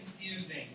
confusing